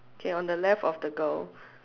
K on the left of the girl